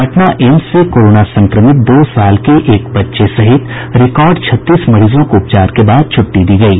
Patna AIIMS से corona संक्रमित दो साल के एक बच्चे सहित रिकार्ड छत्तीस मरीजों को उपचार के बाद छुट्टी दी गयी